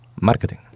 marketing